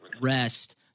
rest